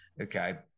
okay